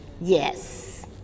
Yes